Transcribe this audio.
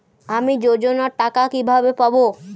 আমি যোজনার টাকা কিভাবে পাবো?